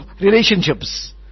relationships